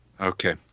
Okay